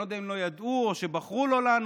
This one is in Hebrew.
אני לא יודע אם לא ידעו או שבחרו לא לענות,